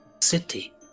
city